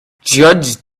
judge